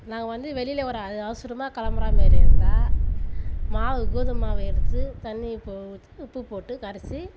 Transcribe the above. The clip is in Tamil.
நாங்க வந்து வெளியில் ஒரு அவசரமாக கிளம்பறா மாரி இருந்தால் மாவு கோதுமைமாவு எடுத்து தண்ணி இப்போது ஊற்றி உப்பு போட்டு கரைச்சி